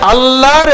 Allah